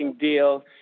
deal